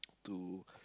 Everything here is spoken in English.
to